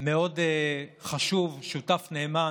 מאוד חשוב, שותף נאמן,